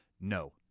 No